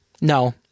No